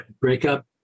breakup